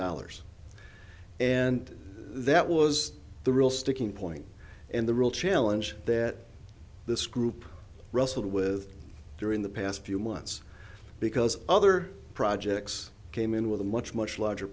dollars and that was the real sticking point and the real challenge that this group wrestled with during the past few months because other projects came in with a much much larger